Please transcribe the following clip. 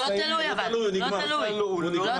הוא נגמר.